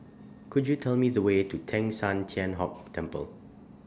Could YOU Tell Me The Way to Teng San Tian Hock Temple